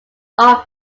off